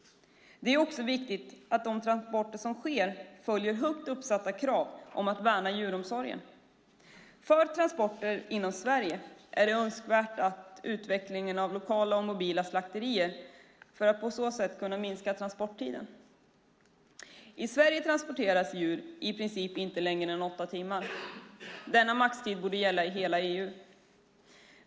Det är också viktigt att de transporter som sker följer högt uppsatta krav om att värna djuromsorgen. För transporter inom Sverige är det önskvärt att stödja utvecklingen av lokala och mobila slakterier för att på så sätt kunna minska transporttiderna. I Sverige transporteras djur i princip inte längre än åtta timmar. Denna maxtid borde gälla i hela EU.